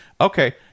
Okay